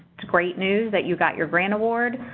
it's a great news that you got your grant award,